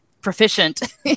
proficient